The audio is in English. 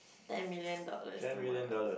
ten million dollars tomorrow